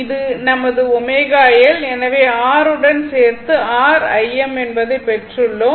இது நமது ω L எனவே R உடன் சேர்த்து R Im என்பதை பெற்றுள்ளோம்